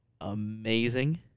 amazing